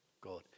God